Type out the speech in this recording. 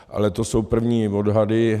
Ale to jsou první odhady.